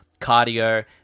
cardio